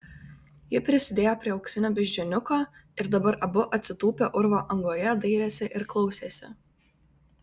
ji prisidėjo prie auksinio beždžioniuko ir dabar abu atsitūpę urvo angoje dairėsi ir klausėsi